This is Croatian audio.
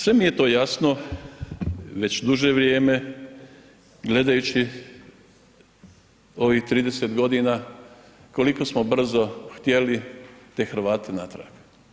Sve mi je to jasno već duže vrijeme gledajući ovih 30 godina koliko smo brzo htjeli te Hrvate natrag.